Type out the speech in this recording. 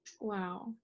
wow